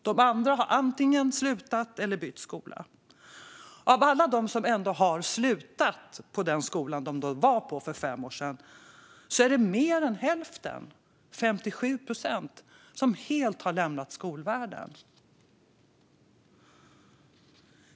De andra har antingen slutat eller bytt skola. Av alla som slutat på den skola som de var på för fem år sedan är det mer än hälften, 57 procent, som helt har lämnat skolvärlden.